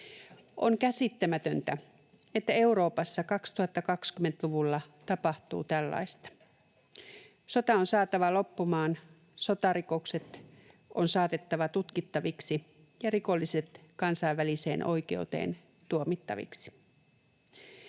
On käsittämätöntä, että Euroopassa 2020‑luvulla tapahtuu tällaista. Sota on saatava loppumaan, sotarikokset on saatettava tutkittaviksi ja rikolliset kansainväliseen oikeuteen tuomittaviksi.